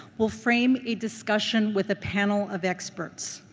will frame a discussion with a panel of experts.